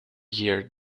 year